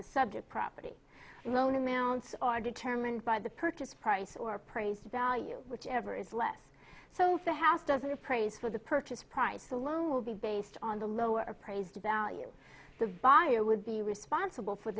the subject property loan amounts are determined by the purchase price or appraised value whichever is less so the house doesn't appraise for the purchase price alone will be based on the lower appraised value the buyer would be responsible for